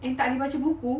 and tak boleh baca buku